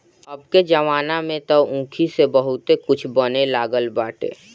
अबके जमाना में तअ ऊखी से बहुते कुछ बने लागल बाटे